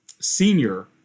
senior